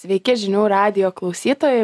sveiki žinių radijo klausytojai